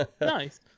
nice